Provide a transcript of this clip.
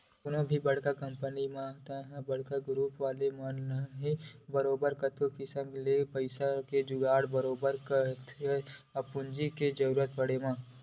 कोनो भी बड़का कंपनी मन ह ते बड़का गुरूप वाले मन ह बरोबर कतको किसम ले पइसा के जुगाड़ बरोबर करथेच्चे पूंजी के जरुरत पड़े म